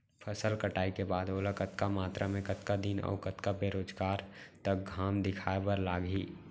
फसल कटाई के बाद ओला कतका मात्रा मे, कतका दिन अऊ कतका बेरोजगार तक घाम दिखाए बर लागही?